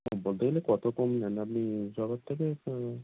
বলতে গেলে কত কম নেন আপনি সবার থেকে হুম